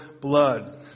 blood